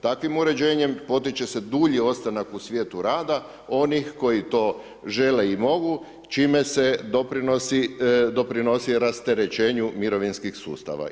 Takvim uređenjem potiče se dulji ostanak u svijetu rad onih koji to žele i mogu, čime se doprinosi, doprinosi rasterećenju mirovinskih sustava.